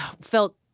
felt